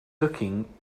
looking